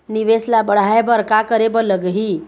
निवेश ला बढ़ाय बर का करे बर लगही?